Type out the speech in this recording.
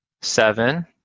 seven